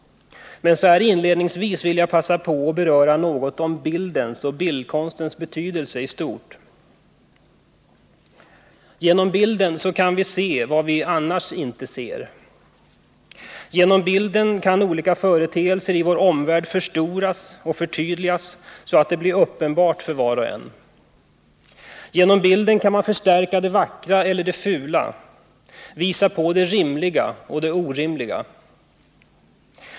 Men så här inledningsvis vill jag passa på att något beröra bildens och bildkonstens betydelse i stort. Genom bilden kan vi se vad vi annars inte ser. Genom bilden kan olika företeelser i vår omvärld förstoras och förtydligas så att de blir uppenbara för var och en. Genom bilden kan man förstärka det vackra eller det fula, visa på det rimliga och det orimliga.